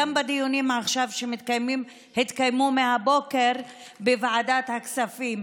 גם בדיונים עכשיו שמתקיימים והתקיימו מהבוקר בוועדת הכספים.